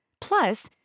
Plus